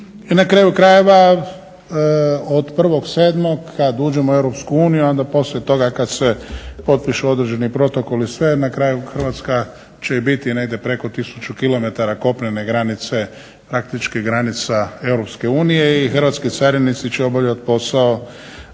na kraju krajeva od 1.7. kad uđemo u Europsku uniju, onda poslije toga kad se potpišu određeni protokoli, sve, na kraju Hrvatska će i biti negdje preko tisuću km kopnene granice, praktički granica Europske unije i hrvatski carinici će obavljat posao